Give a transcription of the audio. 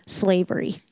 slavery